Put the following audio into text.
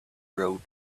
rode